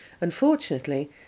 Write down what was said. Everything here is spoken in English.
Unfortunately